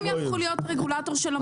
הם יהפכו להיות רגולטור של המוסכים.